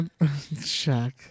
Shaq